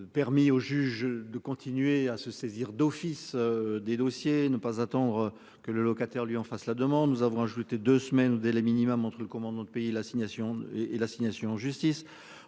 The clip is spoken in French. Permis au juge de continuer à se saisir d'office des dossiers ne pas attendre que le locataire lui en fasse la demande. Nous avons ajouté deux semaines ou des les minimum entre le commandement de payer l'assignation et